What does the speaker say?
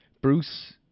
Bruce